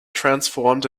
transformed